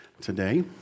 today